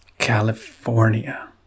California